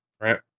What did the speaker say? right